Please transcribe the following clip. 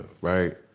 Right